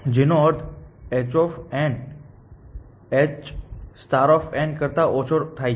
જેનો અર્થ h h કરતા ઓછો થાય છે